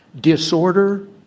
Disorder